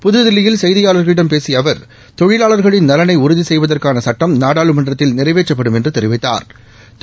புதுதில்லியில் செய்தியாளர்களிடம் பேசியஅவர் தொழிலாளர்களின் நலனைஉறுதிசெய்வதற்கானசட்டம் நாடாளுமன்றத்தில் நிறைவேற்றப்படும் என்றுதெரிவித்தாா்